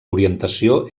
orientació